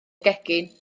gegin